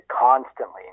constantly